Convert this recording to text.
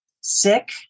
sick